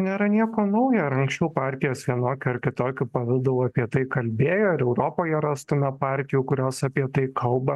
nėra nieko naujo ir anksčiau partijos vienokiu ar kitokiu pavidalu apie tai kalbėjo europoje rastume partijų kurios apie tai kalba